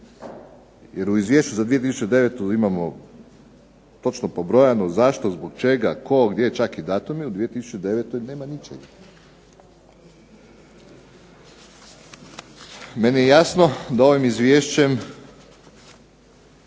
Jer u izvješću za 2009. godinu imamo točno pobrojani tko, zbog čega, čak i datumi, u 2009. nema ničega. Meni je jasno da ovim Izvješćem